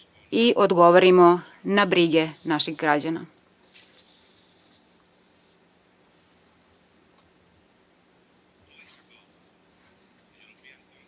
i odgovorimo na brige naših građana. Pre